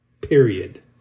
period